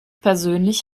persönlich